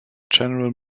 general